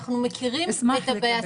אנחנו מכירים את הבעיה.